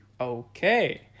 Okay